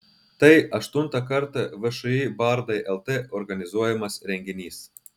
tai aštuntą kartą všį bardai lt organizuojamas renginys